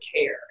care